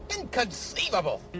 Inconceivable